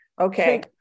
Okay